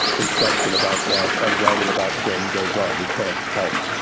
instruction about that as writing about film goes on. you can't help